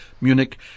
Munich